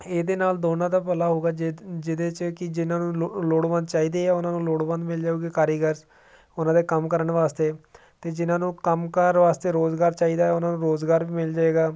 ਇਹਦੇ ਨਾਲ ਦੋਨਾਂ ਦਾ ਭਲਾ ਹੋਊਗਾ ਜੇ ਜਿਹਦੇ 'ਚ ਕਿ ਜਿਹਨਾਂ ਨੂੰ ਲੋ ਲੋੜਵੰਦ ਚਾਹੀਦੇ ਆ ਉਹਨਾਂ ਨੂੰ ਲੋੜਵੰਦ ਮਿਲ ਜਾਊਗੇ ਕਾਰੀਗਰ ਉਹਨਾਂ ਦੇ ਕੰਮ ਕਰਨ ਵਾਸਤੇ ਅਤੇ ਜਿਹਨਾਂ ਨੂੰ ਕੰਮਕਾਰ ਵਾਸਤੇ ਰੋਜ਼ਗਾਰ ਚਾਹੀਦਾ ਉਹਨਾਂ ਨੂੰ ਰੋਜ਼ਗਾਰ ਵੀ ਮਿਲ ਜਾਏਗਾ